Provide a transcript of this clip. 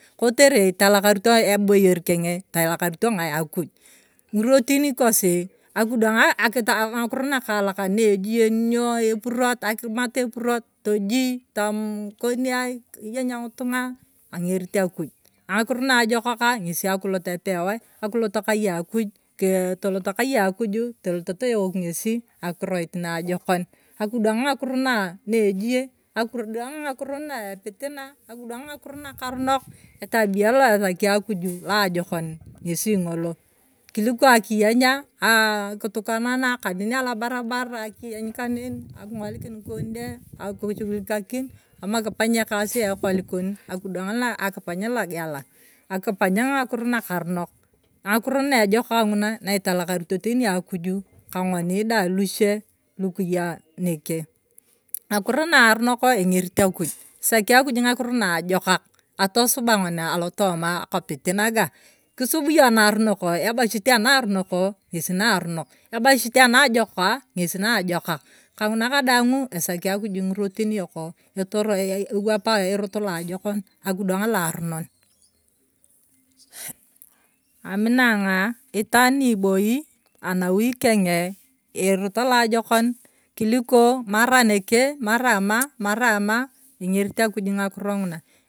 Kotere italakarito eboyeri keng'e italakarito ng'ai akuji ng'irotin kosi akidwang aa aki ng'akiro nakaalak na ejie ny'o epurot akimat epurot. tojii tom mm koniai kiyeny ng'itung'a ang'erit akuj ang'akiro naajokaka ng'esi akilot epeoi akilot kai akuj kie tolot kai akuju. tolot toewok ng'esi akirorit naajokon akidwang ng'akiro na neejie akurud ng'akiro na epitina akidwang ng'akiro nakoronok etaabia la esaki akuju la ajokon ng'esi ng'olo kiliko akiyeny'a aaa kutukanana kanen alobarbar akiyeny kanen aking'olikin ng'ikon de akushugulikakin ama kipang ekas ekol kon akidwang la akipany logela. akipany ng'akiro nakarunok. ngakiro na ejokaka ng'una na italakaroti teni akuju ka ng'oni dai luchie lukiya neke. ng'akiro naarunoko eng'erit akuj esaki akuj ng'akiro naajokaka ebachit anaaronoko ng'esi naaronok. ebashit anaajokaka ng'esi naajokak ka ng'una kadaang'u esaki akuju ng'irotin yok etoro ewapa edot lo ajokon akidwang la aronon eeeig aminaana itaan ni ibeei anaui keng'eeerot alajokon kuliko mara neke mara ama mara ama eng'erit akuj ng'akiro ng'una.